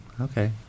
Okay